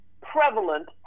prevalent